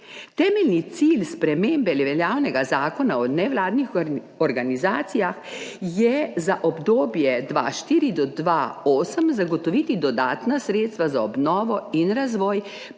Temeljni cilj spremembe veljavnega Zakona o nevladnih organizacijah je za obdobje 2004 do 2008(?) zagotoviti dodatna sredstva za obnovo in razvoj